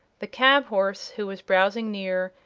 the cab-horse, who was browsing near,